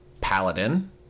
Paladin